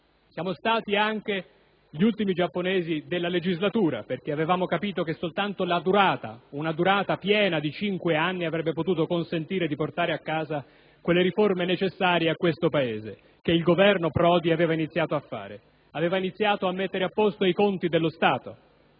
Siamo stati anche gli ultimi giapponesi della legislatura perché avevamo capito che soltanto una durata piena di cinque anni avrebbe potuto consentire di portare a casa quelle riforme necessarie al Paese, che il Governo Prodi aveva iniziato a fare: aveva iniziato a mettere a posto i conti dello Stato,